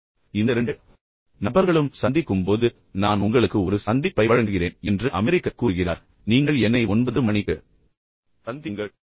எனவே பிரச்சனை என்னவென்றால் இந்த இரண்டு நபர்களும் சந்திக்கும் போது நான் உங்களுக்கு ஒரு சந்திப்பை வழங்குகிறேன் என்று அமெரிக்கர் கூறுகிறார் நீங்கள் என்னை 9 மணிக்கு சந்தியுங்கள்